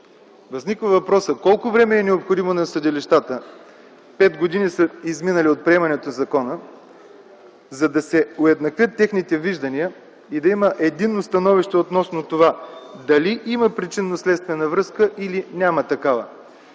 Възниква въпросът колко време е необходимо на съдилищата – пет години са изминали от приемането на закона – за да се уеднаквят техните виждания и да има единно становище дали да има причинно-следствена връзка или да няма такава.